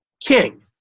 king